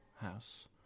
house